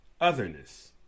otherness